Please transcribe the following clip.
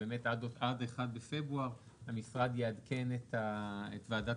שעד האחד בפברואר המשרד יעדכן את ועדת